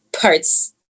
Parts